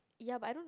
ya but I don't